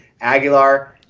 Aguilar